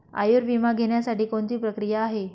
आयुर्विमा घेण्यासाठी कोणती प्रक्रिया आहे?